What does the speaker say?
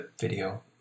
video